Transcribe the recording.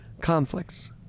conflicts